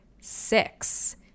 six